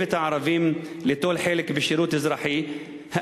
את הערבים ליטול חלק בשירות אזרחי,